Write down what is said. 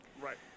Right